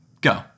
Go